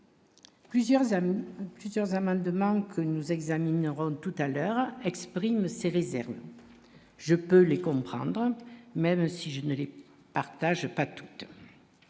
plusieurs amendements que nous examinerons. Tout à l'heure, exprime ses réserves, je peux les comprendre, même si je ne partage pas toute